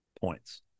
points